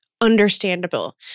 Understandable